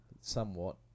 somewhat